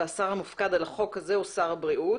והשר המופקד על החוק הזה הוא שר הבריאות.